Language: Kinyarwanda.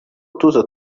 tuza